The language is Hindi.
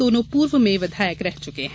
दोनों पूर्व में विधायक रह चुके हैं